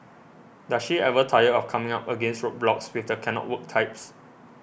does she ever tire of coming up against roadblocks with the cannot work types